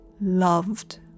loved